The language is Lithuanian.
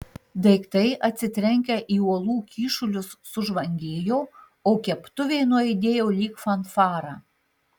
daiktai atsitrenkę į uolų kyšulius sužvangėjo o keptuvė nuaidėjo lyg fanfara